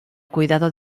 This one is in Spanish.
cuidado